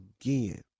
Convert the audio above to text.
again